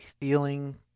feeling